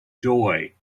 joy